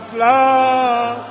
love